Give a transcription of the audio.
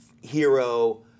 hero